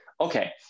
okay